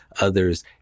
others